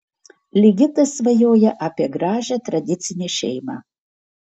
ligitas svajoja apie gražią tradicinę šeimą